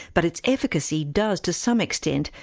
but its efficacy does to some extent,